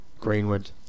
Greenwood